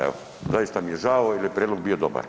Evo zaista mi je žao jer je prijedlog bio dobar.